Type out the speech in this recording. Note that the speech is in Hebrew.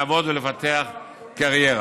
לעבוד ולפתח קריירה.